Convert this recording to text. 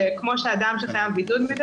כמו דיווח של אדם שחייב בבידוד.